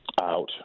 out